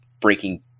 breaking